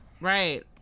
right